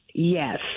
Yes